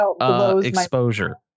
exposure